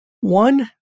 One